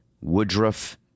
Woodruff